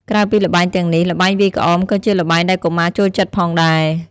ក្រៅពីល្បែងទាំងនេះ ល្បែងវាយក្អមក៏ជាល្បែងដែលកុមារចូលចិត្តផងដែរ។